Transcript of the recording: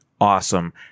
awesome